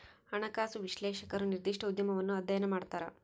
ಹಣಕಾಸು ವಿಶ್ಲೇಷಕರು ನಿರ್ದಿಷ್ಟ ಉದ್ಯಮವನ್ನು ಅಧ್ಯಯನ ಮಾಡ್ತರ